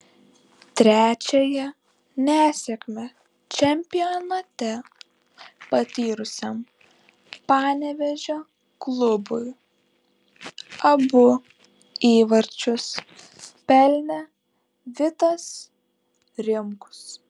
trečiąją nesėkmę čempionate patyrusiam panevėžio klubui abu įvarčius pelnė vitas rimkus